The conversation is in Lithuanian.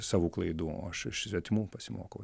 savų klaidų o aš iš svetimų pasimokau